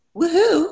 Woohoo